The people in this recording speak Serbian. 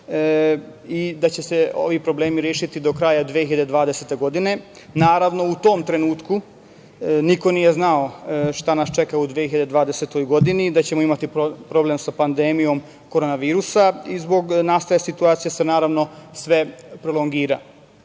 i da će se ovi problemi rešiti do kraja 2020. godine. Naravno, u tom trenutku niko nije znao šta nas čeka u 2020. godini i da ćemo imati problem sa pandemijom korona virusa i zbog nastale situacije se, naravno, sve prolongira. Znamo